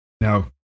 Now